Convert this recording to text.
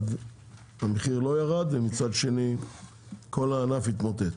המחיר לא ירד ומצד שני כל הענף התמוטט.